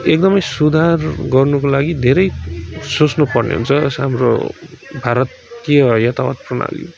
एकदमै सुधार गर्नुको लागि धेरै सोच्नु पर्ने हुन्छ र हाम्रो भारतको यातायात प्रणाली